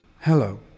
Hello